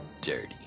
Dirty